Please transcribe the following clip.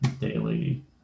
daily